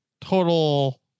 total